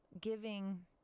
giving